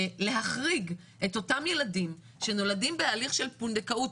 להחריג את אותם ילדים שנולדים בהליך של פונדקאות